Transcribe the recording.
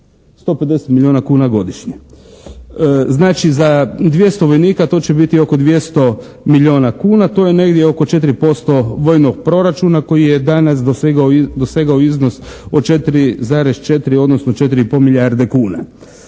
150 milijuna kuna godišnje. Znači za 200 vojnika to će biti oko 200 milijuna kuna, to je negdje oko 4% vojnog proračuna koji je danas dosegao iznos od 4,4 odnosno 4,5 milijarde kuna.